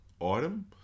item